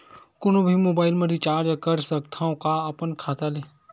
कोनो भी मोबाइल मा रिचार्ज कर सकथव का अपन खाता ले?